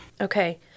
Okay